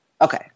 okay